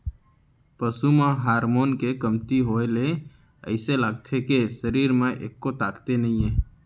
पसू म हारमोन के कमती होए ले अइसे लागथे के सरीर म एक्को ताकते नइये